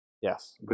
Yes